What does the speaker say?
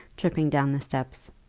tripping down the steps.